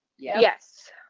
Yes